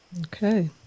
Okay